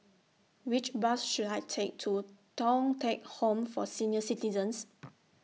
Which Bus should I Take to Thong Teck Home For Senior Citizens